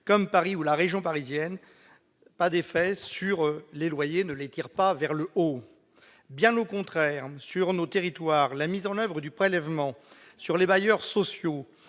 comme Paris ou la région parisienne, de tirer les loyers vers le haut. Bien au contraire, sur nos territoires, la mise en oeuvre du prélèvement sur les bailleurs sociaux